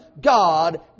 God